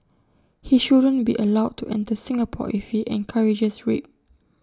he shouldn't be allowed to enter Singapore if he encourages rape